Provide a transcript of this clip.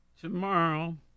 Tomorrow